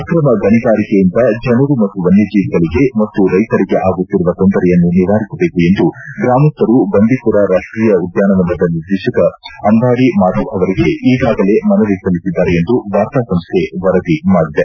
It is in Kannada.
ಆಕ್ರಮ ಗಣಿಗಾರಿಕೆಯಿಂದ ಜನರು ಮತ್ತು ವನ್ನಜೀವಿಗಳಿಗೆ ಮತ್ತು ರೈತರಿಗೆ ಆಗುತ್ತಿರುವ ತೊಂದರೆಯನ್ನು ನಿವಾರಿಸಬೇಕು ಎಂದು ಗ್ರಾಮಸ್ಥರು ಬಂಡಿಪುರ ರಾಷ್ಟೀಯ ಉದ್ಯಾನವನದ ನಿರ್ದೇಶಕ ಅಂಬಾಡಿ ಮಾದವ್ ಅವರಿಗೆ ಈಗಾಗಲೇ ಮನವಿ ಸಲ್ಲಿಸಿದ್ದಾರೆ ಎಂದು ವಾರ್ತಾ ಸಂಸ್ಥೆ ವರದಿ ಮಾಡಿದೆ